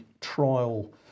trial